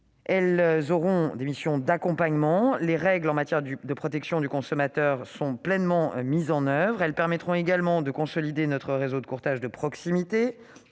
Elles auront des missions d'accompagnement. Les règles en matière de protection du consommateur sont pleinement mises en oeuvre. Elles permettront également de consolider notre réseau de courtage de proximité,